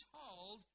told